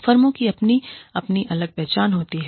फर्मों की अपनी अपनी अलग पहचान होती है